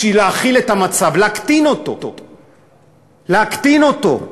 בשביל להכיל את המצב, להקטין אותו.